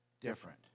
different